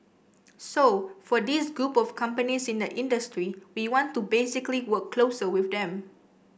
so for these group of companies in the industry we want to basically work closer with them